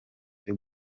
cyo